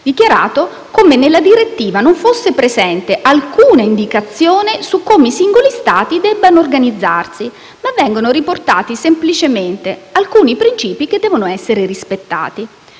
dichiarato come nella direttiva non fosse presente alcuna indicazione su come i singoli Stati debbano organizzarsi, ma vengano riportati semplicemente alcuni principi che devono essere rispettati.